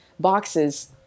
boxes